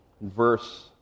Verse